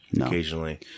occasionally